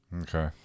Okay